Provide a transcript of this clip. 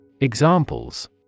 Examples